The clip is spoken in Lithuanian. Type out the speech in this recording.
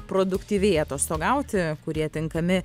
produktyviai atostogauti kurie tinkami